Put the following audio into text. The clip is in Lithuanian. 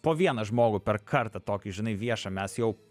po vieną žmogų per kartą tokį žinai viešą mes jau